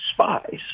spies